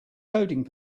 coding